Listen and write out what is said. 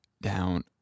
down